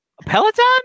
Peloton